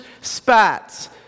spats